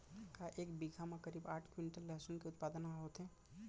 का एक बीघा म करीब आठ क्विंटल लहसुन के उत्पादन ह होथे?